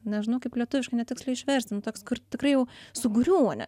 nežinau kaip lietuviškai net tiksliai išversti nu toks kur tikrai jau sugriūni